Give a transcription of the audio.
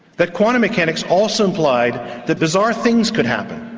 that quantum mechanics also implied that bizarre things could happen.